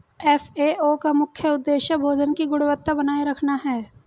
FAO का मुख्य उदेश्य भोजन की गुणवत्ता बनाए रखना है